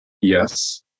yes